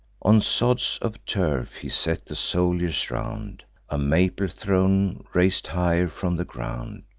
on sods of turf he set the soldiers round a maple throne, rais'd higher from the ground,